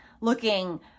looking